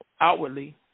outwardly